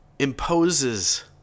imposes